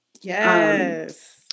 Yes